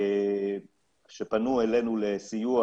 שפנו אלינו לסיוע,